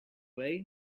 away